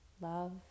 love